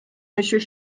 monsieur